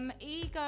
Ego